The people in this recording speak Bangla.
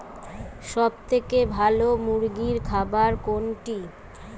সবথেকে ভালো মুরগির খাবার কোনটি?